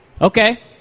Okay